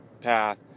path